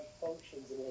functions